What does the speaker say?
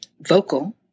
vocal